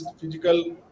physical